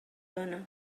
dóna